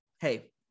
hey